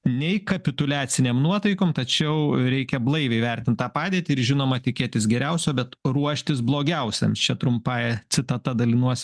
nei kapituliacinėm nuotaikom tačiau reikia blaiviai vertint tą padėtį ir žinoma tikėtis geriausio bet ruoštis blogiausiam šia trumpaja citata dalinuos